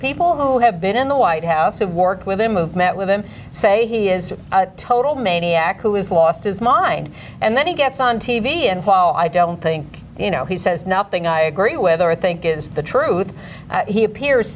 people who have been in the white house who worked with him of met with him say he is a total maniac who is lost his mind and then he gets on t v and while i don't think you know he says nothing i agree whether i think it is the truth he appears